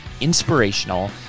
inspirational